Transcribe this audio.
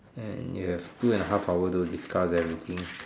and you have two and a half hour to discuss everything